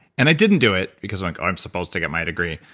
and i didn't do it because i'm like, oh, i'm supposed to get my degree.